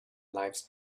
lives